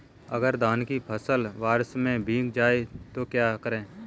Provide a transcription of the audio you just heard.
अगर धान की फसल बरसात में भीग जाए तो क्या करें?